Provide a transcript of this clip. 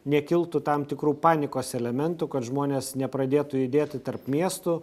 nekiltų tam tikrų panikos elementų kad žmonės nepradėtų judėti tarp miestų